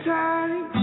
time